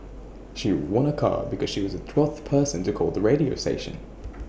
she won A car because she was the twelfth person to call the radio station